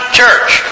church